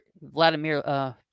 Vladimir